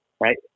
right